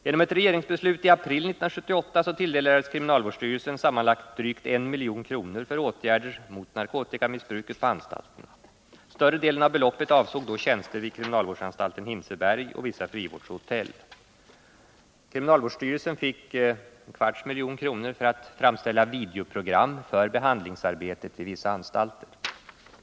Genom ett regeringsbeslut i april 1978 tilldelades kriminalvårdsstyrelsen sammanlagt drygt 1 milj.kr. för åtgärder mot narkotikamissbruket på anstalterna. Större delen av beloppet avsåg tjänster vid kriminalvårdsanstal Kriminalvårdsstyrelsen fick en kvarts miljon kronor för att framställa videoprogram för behandlingsarbetet vid vissa anstalter.